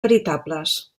veritables